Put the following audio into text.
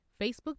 Facebook